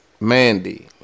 Mandy